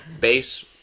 base